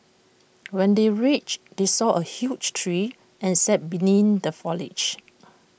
when they reached they saw A huge tree and sat beneath the foliage